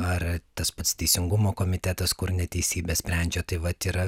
ar tas pats teisingumo komitetas kur neteisybę sprendžia tai vat yra